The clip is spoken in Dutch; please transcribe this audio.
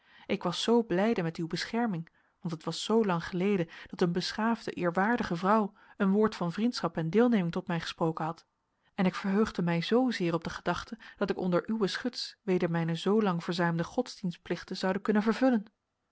ik was zoo blijde met uwe bescherming want het was zoo lang geleden dat een beschaafde eerwaardige vrouw een woord van vriendschap en deelneming tot mij gesproken had en ik verheugde mij zoozeer op de gedachte dat ik onder uwe schuts weder mijne zoolang verzuimde godsdienstplichten zoude kunnen vervullen